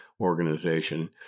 organization